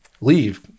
leave